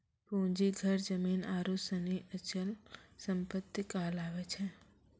पूंजी घर जमीन आरु सनी अचल सम्पत्ति कहलावै छै